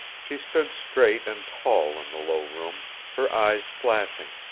she stood straight and tall in the low room, her eyes flashing,